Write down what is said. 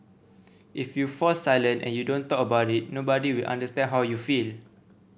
if you fall silent and you don't talk about it nobody will understand how you feel